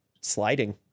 sliding